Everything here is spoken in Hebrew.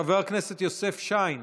חבר הכנסת יוסף שיין,